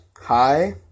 Hi